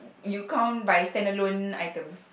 you count by stand-alone item